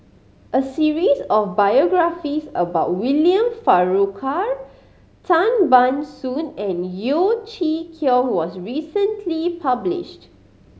a series of biographies about William Farquhar Tan Ban Soon and Yeo Chee Kiong was recently published